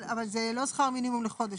אבל זה לא שכר מינימום לחודש,